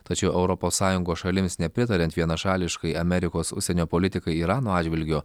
tačiau europos sąjungos šalims nepritariant vienašališkai amerikos užsienio politikai irano atžvilgiu